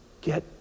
Get